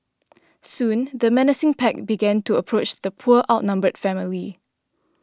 soon the menacing pack began to approach the poor outnumbered family